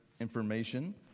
information